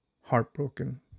Heartbroken